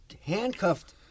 handcuffed